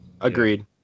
Agreed